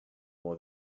more